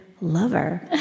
lover